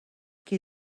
qui